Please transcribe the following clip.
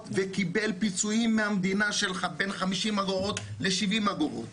וקיבלו פיצויים מהמדינה של בין 50 אגורות ל-70 אגורות.